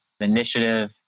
initiative